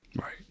right